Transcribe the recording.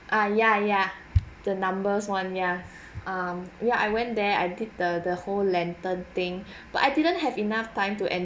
ah ya ya the numbers one ya ya I went there I did the the whole lantern thing but I didn't have enough time to enjoy